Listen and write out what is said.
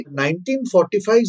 1945